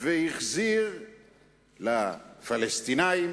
החזיר לפלסטינים